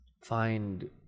find